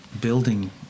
building